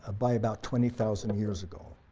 by about twenty thousand years ago,